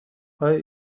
آیا